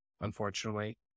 Unfortunately